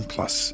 Plus